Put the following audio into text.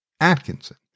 Atkinson